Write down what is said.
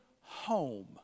home